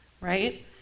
right